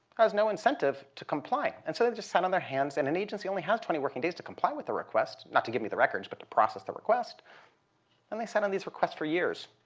has no incentive to comply. and so they just sat on their hands. and an agency only has twenty working days to comply with a request not to give me the records but to process the request and they sat on these requests for years.